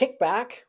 kickback